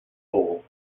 hole